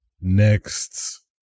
Next